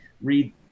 read